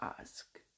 ask